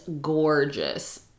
gorgeous